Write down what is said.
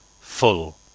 FULL